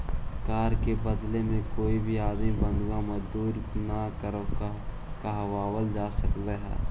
कर के बदले में कोई भी आदमी से बंधुआ मजदूरी न करावल जा सकऽ हई